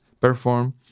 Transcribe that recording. perform